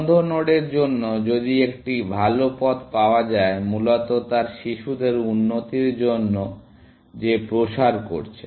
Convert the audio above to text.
বন্ধ নোডের জন্য যদি এটি একটি ভাল পথ পাওয়া যায় মূলত তার শিশুদের উন্নতির জন্য যে প্রসার করছে